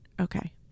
Okay